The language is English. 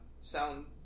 sound